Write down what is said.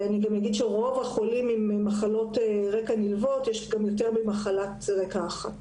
אני גם אגיד שלרוב החולים עם מחלות רקע נלוות יש יותר ממחלת רקע אחת.